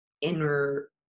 inner